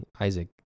Isaac